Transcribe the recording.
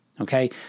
okay